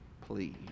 please